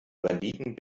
banditen